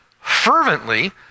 fervently